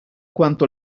quanto